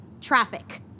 traffic